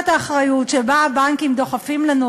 אנשים שבאים ורוכשים דירות,